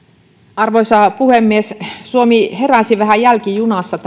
arvoisa puhemies suomi heräsi ylipäätänsä vähän jälkijunassa